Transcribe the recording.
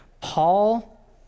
Paul